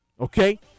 Okay